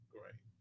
Great